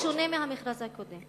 בשונה מהמכרז הקודם.